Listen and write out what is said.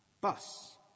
bus